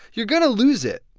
you're going to lose it.